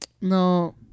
no